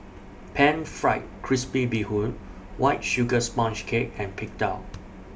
Pan Fried Crispy Bee Hoon White Sugar Sponge Cake and Png Tao